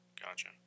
Gotcha